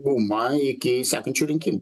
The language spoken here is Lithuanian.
gumą iki sekančių rinkimų